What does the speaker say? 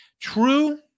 True